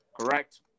correct